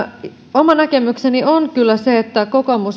oma näkemykseni on kyllä se että